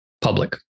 public